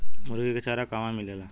मुर्गी के चारा कहवा मिलेला?